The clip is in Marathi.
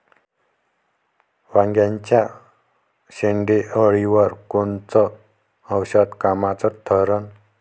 वांग्याच्या शेंडेअळीवर कोनचं औषध कामाचं ठरन?